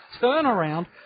turnaround